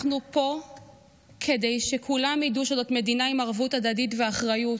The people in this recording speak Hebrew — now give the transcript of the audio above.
אנחנו פה כדי שכולם ידעו שזאת מדינה עם ערבות הדדית ואחריות.